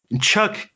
Chuck